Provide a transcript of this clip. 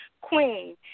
queen